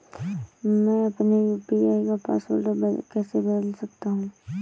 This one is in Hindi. मैं अपने यू.पी.आई का पासवर्ड कैसे बदल सकता हूँ?